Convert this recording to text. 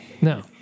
no